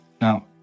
Now